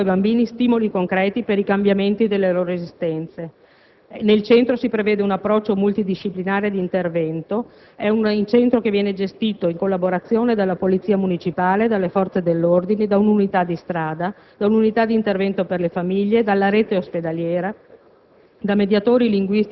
e dando loro stimoli concreti per il cambiamento delle loro esistenze Nel Centro si prevede un approccio multidisciplinare di intervento, esso viene gestito in collaborazione dalla Polizia municipale, dalle Forze dell'ordine, da un'unità di strada, da un'unità di intervento per le famiglie, dalla rete ospedaliera